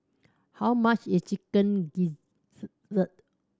how much is chicken